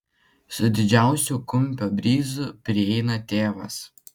su didžiausiu kumpio bryzu prieina tėvas